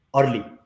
early